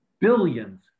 billions